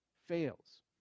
fails